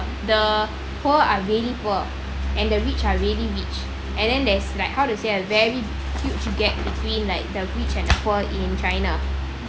the poor are really poor and the rich are really rich and then there's like how to say ah very huge gap between like the rich and the poor in china